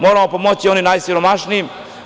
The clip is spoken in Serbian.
Moramo pomoći onima najsiromašnijima.